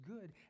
good